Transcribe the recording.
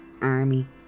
army